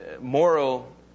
moral